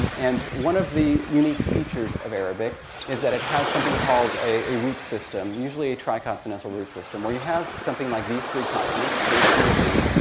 and and one of the unique features of arabic is that it has something called a root system, usually a triconsonantal root system, where you have something like these three consonants k, t, and b.